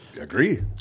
agree